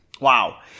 Wow